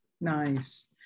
Nice